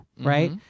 right